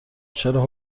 چرا